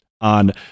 on